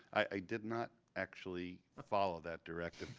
i did not actually follow that direction,